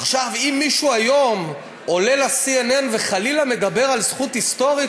עכשיו אם מישהו היום עולה ל-CNN וחלילה מדבר על זכות היסטורית,